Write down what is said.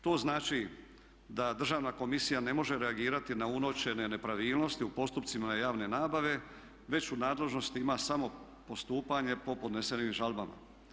To znači da Državna komisija ne može reagirati na uočene nepravilnosti u postupcima javne nabave već u nadležnosti ima samo postupanje po podnesenim žalbama.